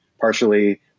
partially